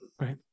Right